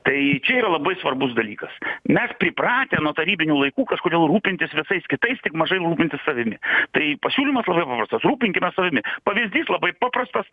tai čia yra labai svarbus dalykas mes pripratę nuo tarybinių laikų kažkodėl rūpintis visais kitais tik mažai rūpintis savimi tai pasiūlymas labai paprastas rūpinkimės savimi pavyzdys labai paprastas